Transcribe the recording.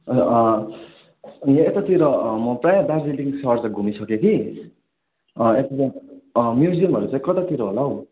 ए अँ यहाँ यतातिर म प्रायः दार्जिलिङ सहर चाहिँ घुमिसके कि यतातिर म्युजियामहरू चाहिँ कतातिर होला हौ